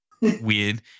weird